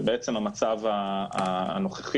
זה בעצם המצב הנוכחי.